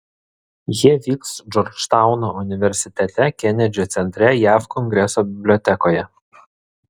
jie vyks džordžtauno universitete kenedžio centre jav kongreso bibliotekoje